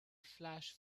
flash